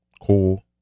Cool